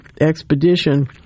expedition